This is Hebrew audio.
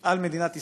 על מדינת ישראל,